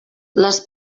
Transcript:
les